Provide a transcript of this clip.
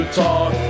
talk